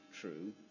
true